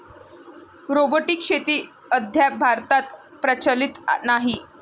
robotic शेती अद्याप भारतात प्रचलित नाही